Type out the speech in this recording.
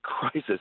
crisis